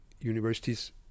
universities